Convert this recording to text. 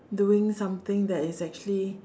doing something that is actually